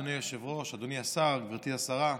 אדוני היושב-ראש, אדוני השר, גברתי השרה,